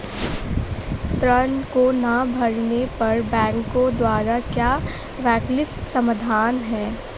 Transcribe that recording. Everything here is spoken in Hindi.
ऋण को ना भरने पर बैंकों द्वारा क्या वैकल्पिक समाधान हैं?